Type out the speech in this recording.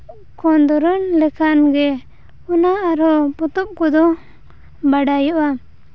ᱠᱷᱚᱸᱫᱽᱨᱚᱱ ᱞᱮᱠᱷᱟᱱ ᱜᱮ ᱚᱱᱟ ᱟᱨᱦᱚᱸ ᱯᱚᱛᱚᱵ ᱠᱚᱫᱚ ᱵᱟᱰᱟᱭᱚᱜᱼᱟ